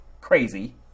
crazy